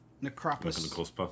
Necropolis